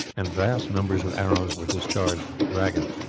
and vast numbers of arrows were discharged at the dragon.